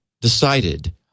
decided